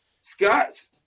Scotts